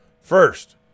First